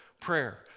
prayer